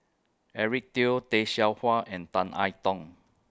Eric Teo Tay Seow Huah and Tan I Tong